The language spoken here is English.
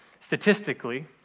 Statistically